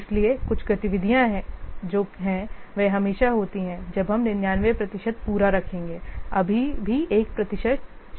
इसलिए कुछ गतिविधियाँ जो हैं वे हमेशा होती हैं जब हम 99 प्रतिशत पूरा देखेंगे अभी भी 1 प्रतिशत शेष है